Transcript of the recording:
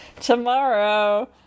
Tomorrow